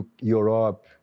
Europe